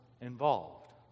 involved